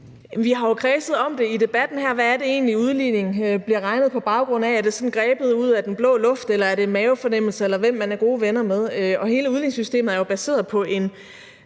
Vi har jo kredset om det i debatten her: Hvad er det egentlig udligningen bliver udregnet på baggrund af? Er det sådan grebet ud af den blå luft, eller er det en mavefornemmelse, eller hvem man er gode venner med? Hele udligningssystemet er jo baseret på en